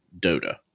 Dota